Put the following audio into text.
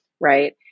right